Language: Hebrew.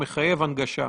צריך לראות.